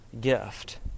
gift